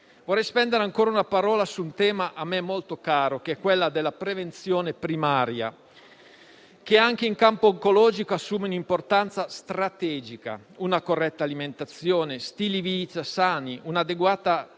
Vorrei spendere ancora una parola su un tema a me molto caro, quello della prevenzione primaria, che anche in campo oncologico assume un'importanza strategica: una corretta alimentazione, stili di vita sani, un'adeguata e costante